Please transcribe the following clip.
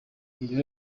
iyo